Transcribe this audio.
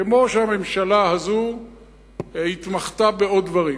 כמו שהממשלה הזאת התמחתה בעוד דברים